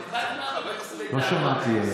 לא שמעתי,